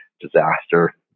disaster